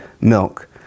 milk